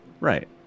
Right